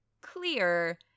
clear